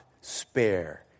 spare